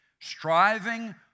striving